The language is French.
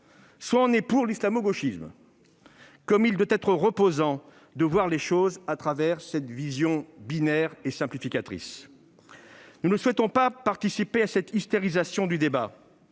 soit on est pour l'islamo-gauchisme. Comme il doit être reposant de considérer les choses avec cette vision binaire et simplificatrice ! Nous ne souhaitons pas participer à cette hystérisation du débat.